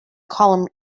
column